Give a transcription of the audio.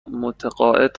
متعاقد